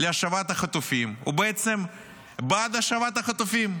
להשבת החטופים הוא בעצם בעד השבת החטופים.